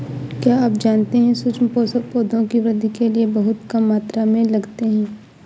क्या आप जानते है सूक्ष्म पोषक, पौधों की वृद्धि के लिये बहुत कम मात्रा में लगते हैं?